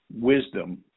wisdom